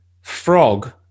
frog